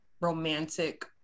romantic